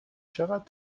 چقدر